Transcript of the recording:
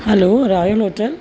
hello royal hotel